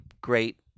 great